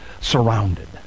surrounded